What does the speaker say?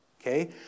okay